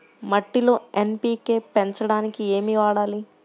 మట్టిలో ఎన్.పీ.కే పెంచడానికి ఏమి వాడాలి?